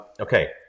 Okay